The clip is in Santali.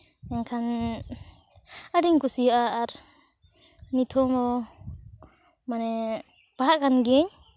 ᱢᱮᱱᱠᱷᱟᱱ ᱟᱹᱰᱤᱧ ᱠᱩᱥᱤᱭᱟᱜᱼᱟ ᱟᱨ ᱱᱤᱛᱚᱝ ᱦᱚᱸ ᱢᱟᱱᱮ ᱯᱟᱲᱦᱟᱜ ᱠᱟᱱ ᱜᱤᱭᱟᱹᱧ